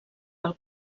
pel